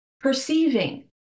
perceiving